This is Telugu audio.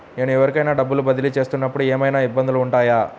నేను ఎవరికైనా డబ్బులు బదిలీ చేస్తునపుడు ఏమయినా ఇబ్బందులు వుంటాయా?